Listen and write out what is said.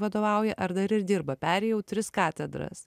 vadovauja ar dar ir dirba perėjau tris katedras